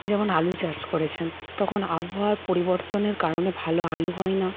যেমন আলু চাষ করেছেন তখন আবহাওয়ার পরিবর্তনের কারণে ভালো আলু হয় না